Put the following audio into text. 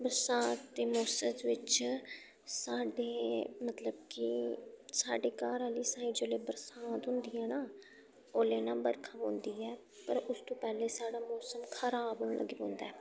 बरसांत दे मोसम बिच्च साढ़े मतलब कि साढ़े घर आह्ली साइड जेल्लै बरसांत होंदी ऐ ना ओल्लै ना बरखा पौंदी ऐ पर उस तू पैह्लें साढ़ा मोसम खराब होन लगी पौंदा ऐ